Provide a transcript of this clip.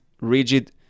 rigid